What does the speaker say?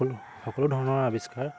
সকলো সকলো ধৰণৰ আৱিষ্কাৰ